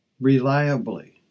reliably